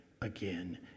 again